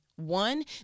one